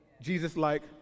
Jesus-like